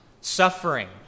suffering